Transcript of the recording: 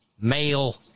male